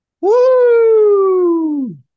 Woo